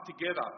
together